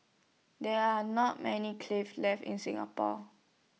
there are not many cliff left in Singapore